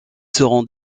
seront